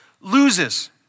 loses